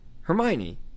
Hermione